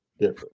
different